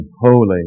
holy